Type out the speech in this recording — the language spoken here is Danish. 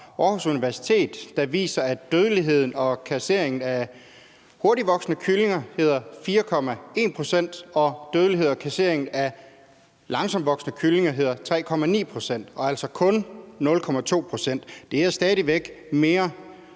Aarhus Universitet, der viser, at dødeligheden og kasseringen af hurtigtvoksende kyllinger hedder 4,1 pct. og dødeligheden og kasseringen af langsomtvoksende kyllinger hedder 3,9 pct. Der er altså kun 0,2 pct. imellem. Det er stadig væk mere